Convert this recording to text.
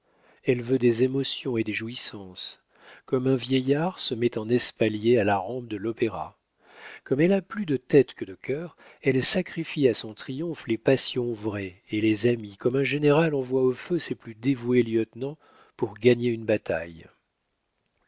elle veut des émotions et des jouissances comme un vieillard se met en espalier à la rampe de l'opéra comme elle a plus de tête que de cœur elle sacrifie à son triomphe les passions vraies et les amis comme un général envoie au feu ses plus dévoués lieutenants pour gagner une bataille